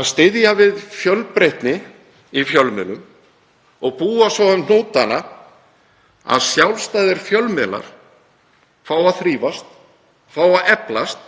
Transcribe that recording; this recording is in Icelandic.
að styðja við fjölbreytni í fjölmiðlum og búa svo um hnútana að sjálfstæðir fjölmiðlar fái að þrífast, fái að eflast,